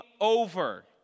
over